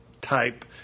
type